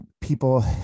people